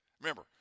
Remember